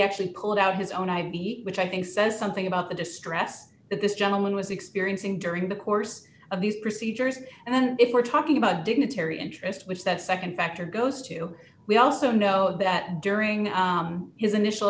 actually called out his own i beat which i think says something about the distress that this gentleman was experiencing during the course of these procedures and then if we're talking about dignitary interest which that nd factor goes to we also know that during his initial